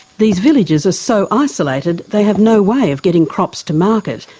these villages are so isolated, they have no way of getting crops to market,